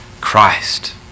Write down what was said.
Christ